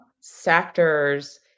sectors